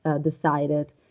decided